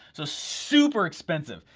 so super expensive,